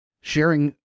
sharing